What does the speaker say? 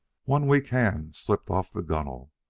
one weak hand slipped off the gunwale,